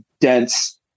dense